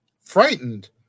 Frightened